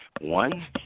One